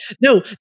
no